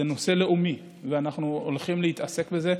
זה נושא לאומי, ואנחנו הולכים להתעסק בזה,